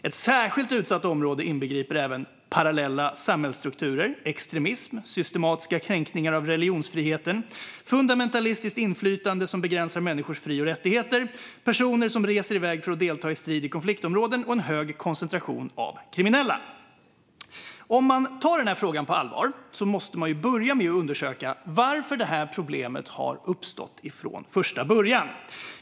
Ett särskilt utsatt område inbegriper även parallella samhällsstrukturer, extremism, systematiska kränkningar av religionsfriheten, fundamentalistiskt inflytande som begränsar människors fri och rättigheter, personer som reser iväg för att delta i strid i konfliktområden och en hög koncentration av kriminella. Om man tar denna fråga på allvar måste man börja med att undersöka varför problemet har uppstått från första början.